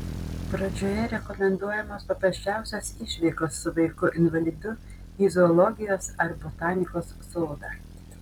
pradžioje rekomenduojamos paprasčiausios išvykos su vaiku invalidu į zoologijos ar botanikos sodą